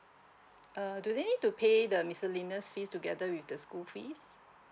uh do they need to pay the miscellaneous fees together with the school fees